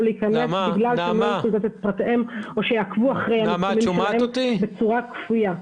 להיכנס בלי לתת את פרטיהם או שיעקבו אחרי המיקומים שלהם בצורה כפויה.